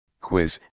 quiz